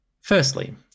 Firstly